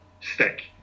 stick